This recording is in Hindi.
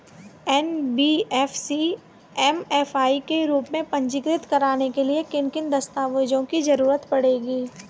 एन.बी.एफ.सी एम.एफ.आई के रूप में पंजीकृत कराने के लिए किन किन दस्तावेजों की जरूरत पड़ेगी?